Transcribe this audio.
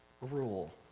rule